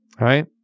right